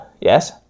yes